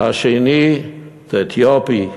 השני אתיופי,